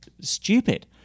stupid